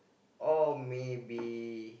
all may be